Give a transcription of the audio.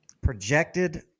projected